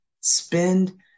Spend